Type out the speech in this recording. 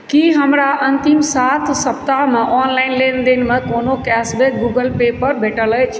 की हमरा अन्तिम सात सप्ताहमे ऑनलाइन लेनदेनमे कोनो कैशबैक गूगल पेपर भेटल अछि